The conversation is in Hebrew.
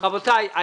רבותי,